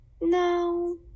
no